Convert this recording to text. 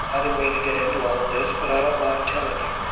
i didn't mean to get into all of this, but i don't mind telling you.